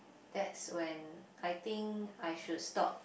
that's when I think I should stop